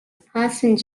passing